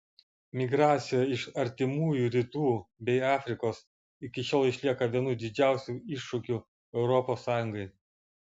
migracija iš artimųjų rytų bei afrikos iki šiol išlieka vienu didžiausių iššūkių europos sąjungai